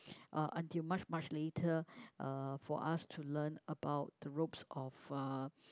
uh until much much later uh for us to learn about the ropes of uh